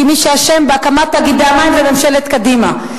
כי מי שאשם בהקמת תאגידי המים זה ממשלת קדימה.